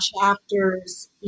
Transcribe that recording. chapters